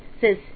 says